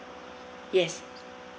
yes